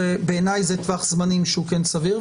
בעיניי, זה טווח זמנים שהוא כן סביר.